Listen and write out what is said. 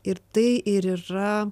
ir tai ir yra